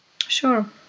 Sure